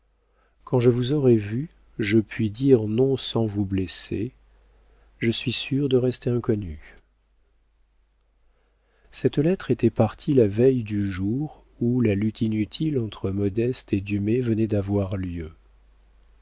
quand je vous aurai vu je puis dire non sans vous blesser je suis sûre de rester inconnue cette lettre était partie la veille du jour où la lutte inutile entre modeste et dumay venait d'avoir lieu